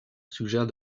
suggère